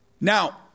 now